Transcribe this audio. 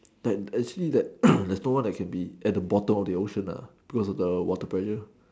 that actually that there's no one that can be at the bottom of the ocean lah because of the water pressure